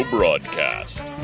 Broadcast